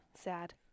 Sad